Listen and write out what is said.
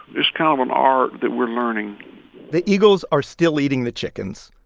it's kind of an art that we're learning the eagles are still eating the chickens,